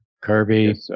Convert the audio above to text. Kirby